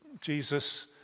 Jesus